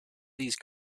these